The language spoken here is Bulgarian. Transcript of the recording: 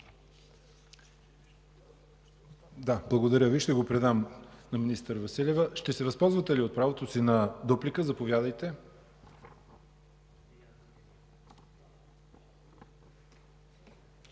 Благодаря Ви. Ще го предам на министър Василева. Ще се възползвате ли от правото си на дуплика, госпожо